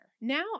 Now